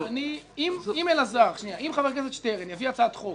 אם חבר הכנסת שטרן יביא הצעת חוק